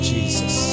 Jesus